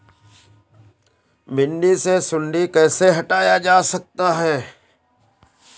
भिंडी से सुंडी कैसे हटाया जा सकता है?